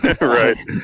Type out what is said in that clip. right